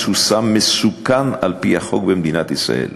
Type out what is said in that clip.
הוא סם מסוכן על-פי החוק במדינת ישראל.